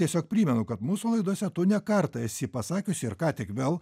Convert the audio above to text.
tiesiog primenu kad mūsų laidose tu ne kartą esi pasakiusi ir ką tik vėl